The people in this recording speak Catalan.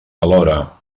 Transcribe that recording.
alhora